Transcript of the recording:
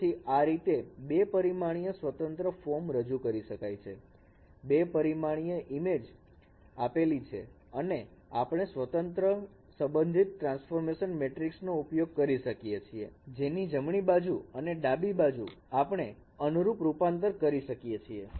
તેથી આ રીતે બે પરમાણીય સ્વતંત્ર ફોર્મ રજૂ કરી શકાય છે બે પરમાણીય ઈમેજ આપેલી છે અને આપણે સંબંધિત ટ્રાન્સફોર્મેશન મેટ્રીક્ષ નો ઉપયોગ કરી શકીએ છીએ જેની જમણી અને ડાબી તરફ આપણે અનુરૂપ રૂપાંતર કરી શકીએ છીએ